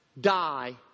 die